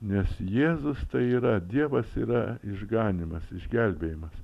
nes jėzus tai yra dievas yra išganymas išgelbėjimas